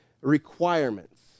requirements